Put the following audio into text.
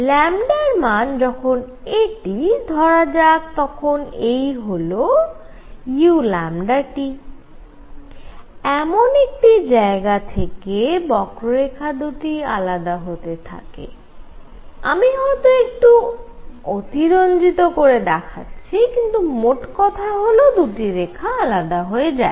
র মান যখন এটি ধরা যাক তখন এই হল u এমন একটি জায়গা থেকে বক্ররেখা দুটি আলাদা হতে থাকে আমি হয়ত একটু অতিরঞ্জিত করে দেখাচ্ছি কিন্তু মোটকথা হল দুটি রেখা আলাদা হয়ে যায়